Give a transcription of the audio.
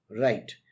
Right